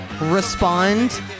respond